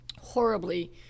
horribly